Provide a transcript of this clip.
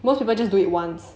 most people just do it once